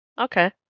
Okay